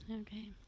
Okay